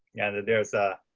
yeah, there's a.